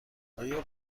آیا